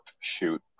shoot